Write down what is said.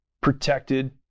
protected